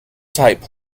type